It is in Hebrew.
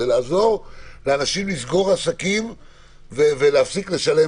זה לעזור לאנשים לסגור עסקים ולהפסיק לשלם